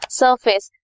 surface